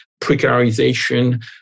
precarization